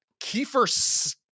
Kiefer